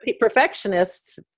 perfectionists